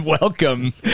Welcome